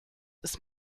ist